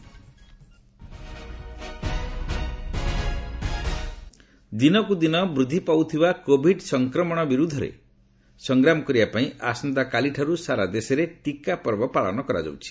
ଚିକା ଉତ୍ସବ ଦିନକ୍ ଦିନ ବୃଦ୍ଧି ପାଉଥିବା କୋଭିଡ୍ ସଂକ୍ରମଣ ବିରୋଧରେ ସଂଗ୍ରାମ କରିବାପାଇଁ ଆସନ୍ତାକାଲିଠାରୁ ସାରା ଦେଶରେ ଟିକା ପର୍ବ ପାଳନ କରାଯାଉଛି